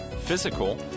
physical